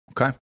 Okay